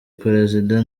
perezida